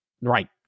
right